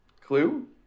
clue